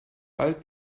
bald